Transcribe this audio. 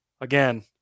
again